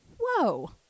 whoa